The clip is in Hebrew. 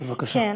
בבקשה.